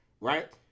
right